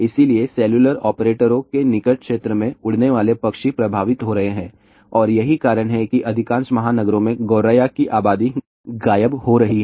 इसलिए सेलुलर ऑपरेटरों के निकट क्षेत्र में उड़ने वाले पक्षी प्रभावित हो रहे हैं और यही कारण है कि अधिकांश महानगरों में गौरैया की आबादी गायब हो रही है